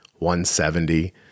170